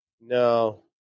No